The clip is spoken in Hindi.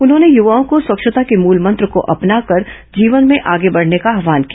उन्होंने युवाओं को स्वच्छता के मूलमंत्र को अपनाकर जीवन में आगे बढ़ने का आव्हान किया